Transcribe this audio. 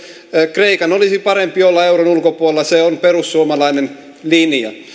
kreikan olisi parempi olla euron ulkopuolella se on perussuomalainen linja